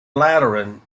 lateran